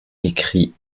écrit